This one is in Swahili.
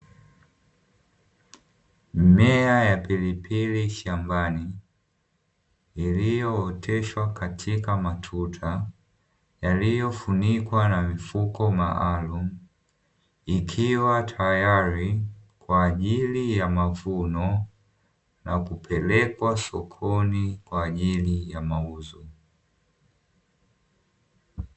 Mimea ya pilipili shambani iliyooteshwa katika matuta yaliyofunikwa na mifuko maalumu, ikiwa tayari kwa ajili ya mavuno na kupelekwa sokoni kwa ajili ya mauzo .